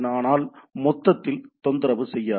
ஆனால் மொத்தத்தில் தொந்தரவு செய்யாது